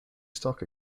stock